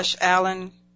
Allen